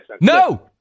no